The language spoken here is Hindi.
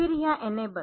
फिर यह इनेबल